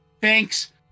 Thanks